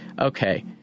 Okay